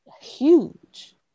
huge